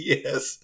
Yes